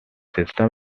system